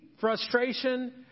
frustration